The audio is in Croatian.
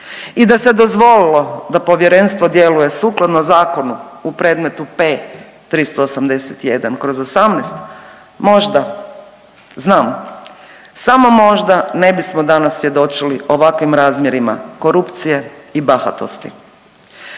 i da se dozvolili da povjerenstvo djeluje sukladno zakonu u predmetu P-381/18 možda znam samo možda ne bismo danas svjedočili ovakvim razmjerima korupcije i bahatosti.